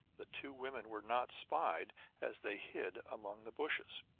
the two women were not spied as they hid among the bushes.